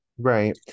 Right